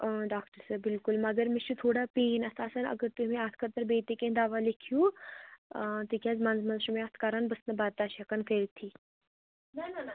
doctor صٲب بِلکُل مگر مےٚ چھِ تھوڑا پین اَتھ آسان اَگر تُہی مےٚ اَتھ خٲطرٕ بیٚیہِ تہِ کیٚنٛہہ دوا لیٖکھِو تِکیٛاز منٛزٕ منٛزٕ چھِ مےٚ اَتھ کَران بہٕ چھَس نہٕ برداشت ہٮ۪کان کٔرۍتھٕے